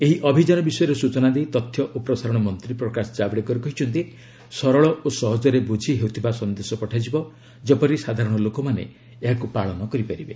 ଏହି ଅଭିଯାନ ବିଷୟରେ ସୂଚନା ଦେଇ ତଥ୍ୟ ଓ ପ୍ରସାରଣ ମନ୍ତ୍ରୀ ପ୍ରକାଶ ଜାବଡେକର କହିଛନ୍ତି ସରଳ ଓ ସହଜରେ ବୁଝି ହେଉଥିବା ସନ୍ଦେଶ ପଠାଯିବ ଯେପରି ସାଧାରଣ ଲୋକମାନେ ଏହାକୁ ପାଳନ କରିପାରିବେ